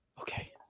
Okay